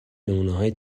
نمونههای